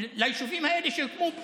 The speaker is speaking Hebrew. מה רע בזה, חלק עברו.